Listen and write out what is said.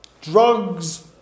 Drugs